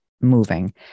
moving